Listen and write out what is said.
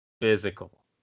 Physical